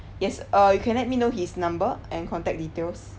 yes uh you can let me know his number and contact details